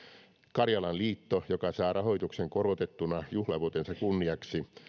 karjalan liitto joka saa rahoituksen korotettuna juhlavuotensa kunniaksi